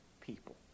people